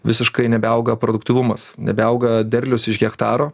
visiškai nebeauga produktyvumas nebeauga derlius iš hektaro